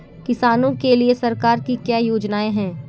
किसानों के लिए सरकार की क्या योजनाएं हैं?